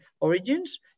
origins